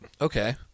Okay